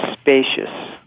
spacious